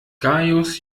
gaius